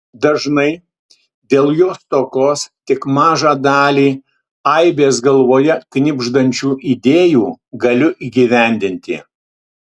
dažnai dėl jo stokos tik mažą dalį aibės galvoje knibždančių idėjų galiu įgyvendinti